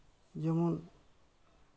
ᱡᱮᱢᱚᱱ